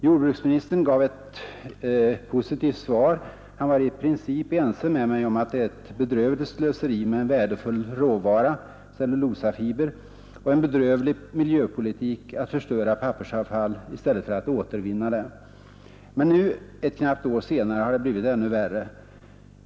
Jordbruksministern gav ett positivt svar: Han var i princip ense med mig om att det är ett bedrövligt slöseri med en värdefull råvara — cellulosafibrer — och en bedrövlig miljöpolitik att förstöra pappersavfall i stället för att återvinna det. Men nu, ett knappt år senare, har det blivit ännu värre.